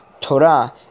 Torah